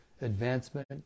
advancement